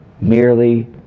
merely